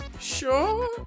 sure